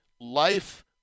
life